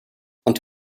und